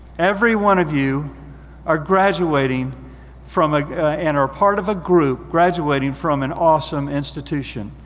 everyone of you are graduating from a and are part of a group graduating from an awesome institution.